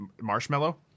marshmallow